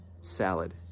salad